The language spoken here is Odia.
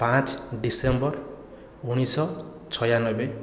ପାଞ୍ଚ ଡିସେମ୍ବର ଉଣେଇଶହ ଛୟାନବେ